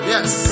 Yes